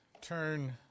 turn